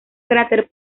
cráter